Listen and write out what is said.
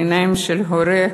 בעיניים של הורה,